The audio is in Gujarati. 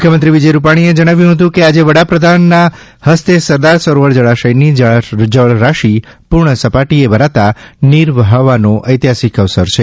મુખ્યમંત્રી શ્રી વિજયભાઇ રૂપાણીએ જણાવ્યું હતું કે આજે વડાપ્રધાનશ્રીના હસ્તે સરદાર સરોવર જળાશયની જળરાશી પૂર્ણ સપાટીએ ભરાતા નીર વહાવવાનો ઐતિહાસિક અવસર છે